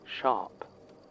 sharp